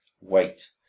wait